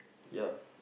ya